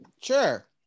Sure